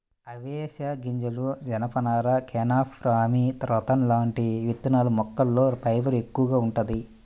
అవిశె గింజలు, జనపనార, కెనాఫ్, రామీ, రతన్ లాంటి విత్తనాల మొక్కల్లో ఫైబర్ ఎక్కువగా వుంటది